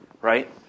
right